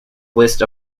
list